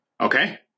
Okay